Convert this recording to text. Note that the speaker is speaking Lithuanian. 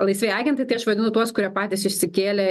laisvieji agentai tai aš vadinu tuos kurie patys išsikėlė